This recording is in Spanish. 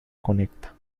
conecta